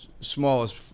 smallest